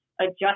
adjust